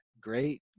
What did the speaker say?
great